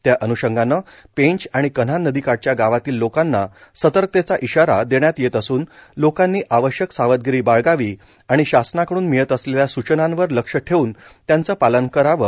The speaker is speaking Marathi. त्या अन्षंगानं पेंच आणि कन्हान नदीकाठच्या गावातील लोकांना सतर्कतेचा इशारा देण्यात येत असून लोकांनी आवश्यक सावधगिरी बाळगावी आणि शासनाकडून मिळत असलेल्या सुचनांवर लक्ष ठेवून त्याचं पालन करावं